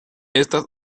estas